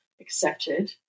accepted